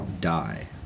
die